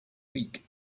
week